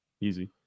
Easy